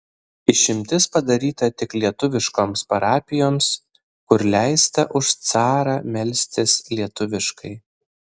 išimtis padaryta tik lietuviškoms parapijoms kur leista už carą melstis lietuviškai